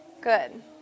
good